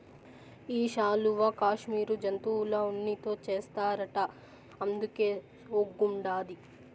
ఈ శాలువా కాశ్మీరు జంతువుల ఉన్నితో చేస్తారట అందుకే సోగ్గుండాది